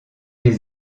les